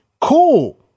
cool